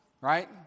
right